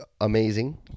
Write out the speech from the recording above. amazing